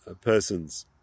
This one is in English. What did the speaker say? person's